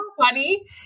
funny